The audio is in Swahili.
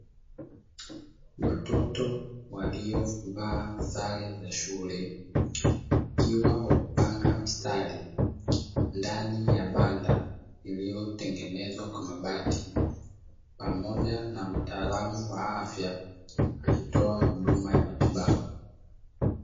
Watoto waliovaa sare za shule, wakiwa wamepanga mstari ndani banda lililotengenezwa kwa mabati pamoja na mtaalamu wa afya akitoa huduma ya matibabu.